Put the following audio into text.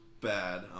bad